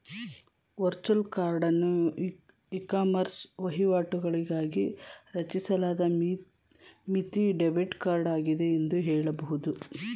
virtual ಕಾರ್ಡನ್ನು ecommerce ವಹಿವಾಟುಗಳಿಗಾಗಿ ರಚಿಸಲಾದ ಮಿತಿ ಡೆಬಿಟ್ ಕಾರ್ಡ್ ಆಗಿದೆ ಎಂದು ಹೇಳಬಹುದು